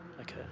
Okay